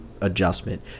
adjustment